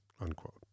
unquote